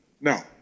No